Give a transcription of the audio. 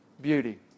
Beauty